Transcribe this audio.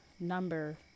number